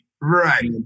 Right